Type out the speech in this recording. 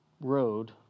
road